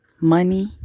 Money